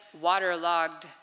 waterlogged